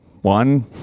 One